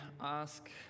ask